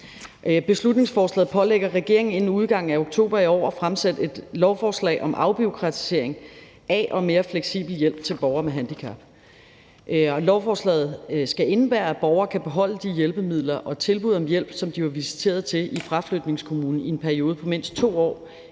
Beslutningsforslaget pålægger regeringen inden udgangen af oktober i år at fremsætte et lovforslag om afbureaukratisering af og mere fleksibel hjælp til borgere med handicap. Lovforslaget skal indebære, at borgere kan beholde de hjælpemidler og tilbud om hjælp, som de var visiteret til i fraflytningskommunen, i en periode på mindst 2 år